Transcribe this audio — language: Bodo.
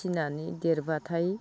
फिनानै देरब्लाथाय